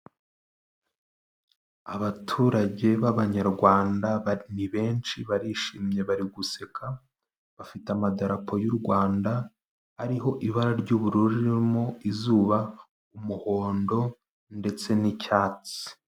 Abaturage b'Abanyarwanda ni benshi barishimye bari guseka, bafite amadarapo y'u Rwanda ariho ibara ry'ubururu ririmo izuba, umuhondo ndetse n'icyatsi.